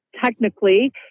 Technically